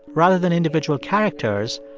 rather than individual characters,